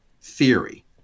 theory